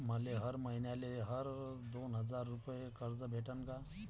मले हर मईन्याले हर दोन हजार रुपये कर्ज भेटन का?